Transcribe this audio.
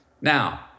Now